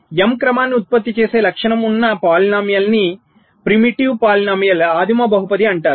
m క్రమాన్ని ఉత్పత్తి చేసే లక్షణం ఉన్న బహుపదిని ఆదిమ బహుపది అంటారు